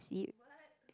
SEEB